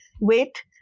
wait